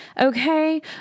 okay